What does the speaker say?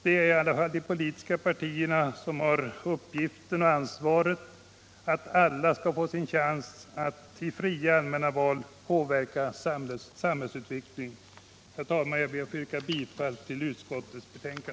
Det är i alla fall de politiska partierna som har till uppgift att se till och ansvara för att alla skall få sin chans att i fria allmänna val påverka samhällsutvecklingen. Herr talman! Jag ber att få yrka bifall till utskottets hemställan.